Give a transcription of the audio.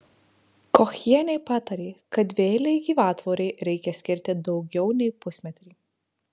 kochienė patarė kad dvieilei gyvatvorei reikia skirti daugiau nei pusmetrį